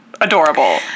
Adorable